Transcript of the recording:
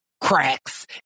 cracks